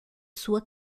sua